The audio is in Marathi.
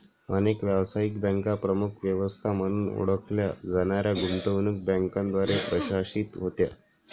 अनेक व्यावसायिक बँका प्रमुख व्यवस्था म्हणून ओळखल्या जाणाऱ्या गुंतवणूक बँकांद्वारे प्रशासित होत्या